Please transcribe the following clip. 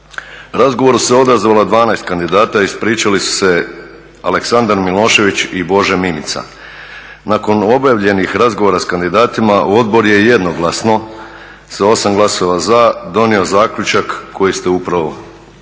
razgovor se odazvalo 12 kandidata, ispričali su se Aleksandar Milošević i Bože Mimica. Nakon objavljenih razgovora s kandidatima Odbor je jednoglasno sa 8 glasova za donio zaključak koji ste dobili,